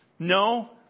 No